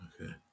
Okay